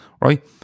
right